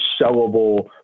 sellable